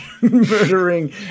Murdering